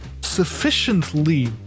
sufficiently